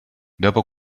dopo